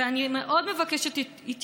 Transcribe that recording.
ואני מאוד מבקשת את התייחסותך.